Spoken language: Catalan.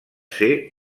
ser